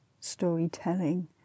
storytelling